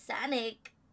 sonic